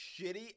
shitty